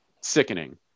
sickening